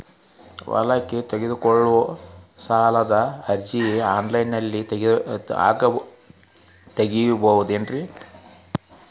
ಓದಲಿಕ್ಕೆ ತಗೊಳ್ಳೋ ಸಾಲದ ಅರ್ಜಿ ಆನ್ಲೈನ್ದಾಗ ತಗೊಬೇಕೇನ್ರಿ?